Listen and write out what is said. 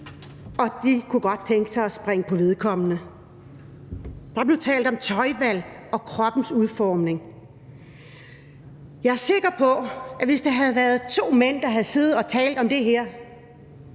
godt kunne tænke sig at springe på vedkommende. Der blev talt om tøjvalg og om kroppens udformning. Jeg er sikker på, at hvis det havde været to mænd, der havde siddet og talt om det her,